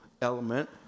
element